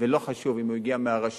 ולא חשוב אם הוא הגיע מהרשות,